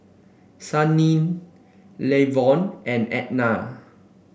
Sannie Lavon and Edna